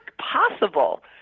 possible